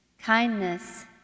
kindness